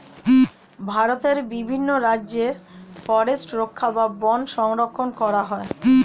ভারতের বিভিন্ন রাজ্যে ফরেস্ট রক্ষা বা বন সংরক্ষণ করা হয়